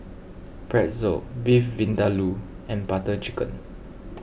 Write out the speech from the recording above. Pretzel Beef Vindaloo and Butter Chicken